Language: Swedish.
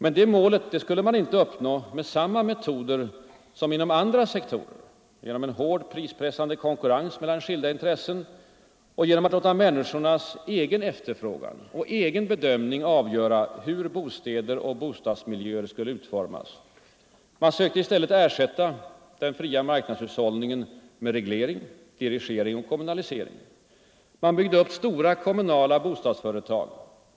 Detta mål skulle inte uppnås med samma metoder som inom andra sektorer — genom hård, pressande konkurrens mellan skilda intressen och genom att låta människornas egen efterfrågan och egen bedömning avgöra hur bostäder och bostadsmiljöer skulle utformas. Man sökte i stället ersätta den fria marknadshushållningen med reglering, dirigering och kommunalisering. Man byggde upp stora kom munala bostadsföretag.